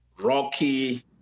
rocky